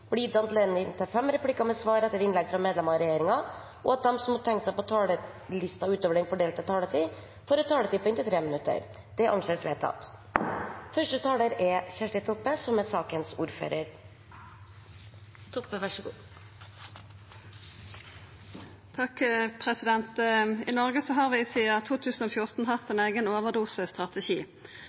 blir gitt anledning til fem replikker med svar etter innlegg fra medlemmer av regjeringen, og at de som måtte tegne seg på talerlisten utover den fordelte taletid, får en taletid på inntil 3 minutter. – Det anses vedtatt. I Noreg har vi sidan 2014 hatt ein eigen overdosestrategi.